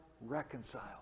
reconciled